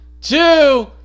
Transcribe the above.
two